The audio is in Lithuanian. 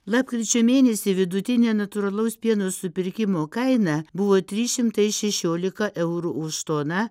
lapkričio mėnesį vidutinė natūralaus pieno supirkimo kaina buvo trys šimtai šešiolika eurų už toną